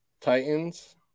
Titans